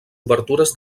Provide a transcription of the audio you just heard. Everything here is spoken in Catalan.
obertures